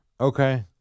Okay